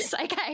okay